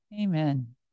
Amen